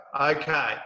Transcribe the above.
okay